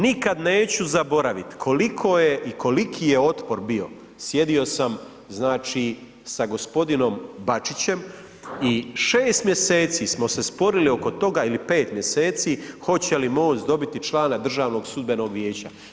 Nikad neću zaboraviti koliko je i koliki je otpor bio, sjedio sam znači sa g. Bačićem i 6 mjeseci smo se sporili oko toga ili 5 mjeseci hoće li MOST dobiti člana Državnog sudbenog vijeća.